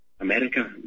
America